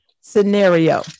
scenario